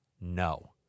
no